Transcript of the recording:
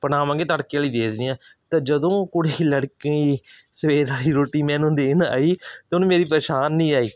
ਬਣਾਵਾਂਗੇ ਤੜਕੇ ਵਾਲੀ ਦੇ ਦਿੰਦੇ ਹਾਂ ਅਤੇ ਜਦੋਂ ਕੁੜੀ ਲੜਕੀ ਸਵੇਰ ਵਾਲੀ ਰੋਟੀ ਮੈਨੂੰ ਦੇਣ ਆਈ ਤਾਂ ਉਹਨੂੰ ਮੇਰੀ ਪਛਾਣ ਨਹੀਂ ਆਈ